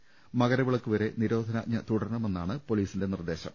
എന്നാൽ മകരവിളക്ക് വരെ നിരോധനാജ്ഞ തുടരണമെ ന്നാണ് പൊലീസിന്റെ നിർദ്ദേശം